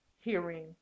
hearing